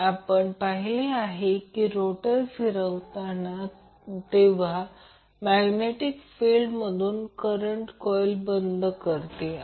म्हणून आपल्याला इम्पेडन्स याचे मूल्य शोधायचे आहे